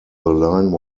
line